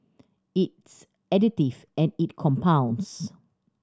it's additive and it compounds